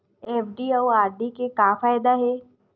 FD अउ RD के का फायदा हे?